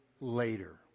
later